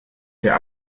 der